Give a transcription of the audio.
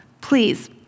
please